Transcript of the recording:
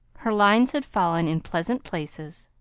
her lines had fallen in pleasant places.